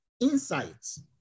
insights